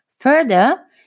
Further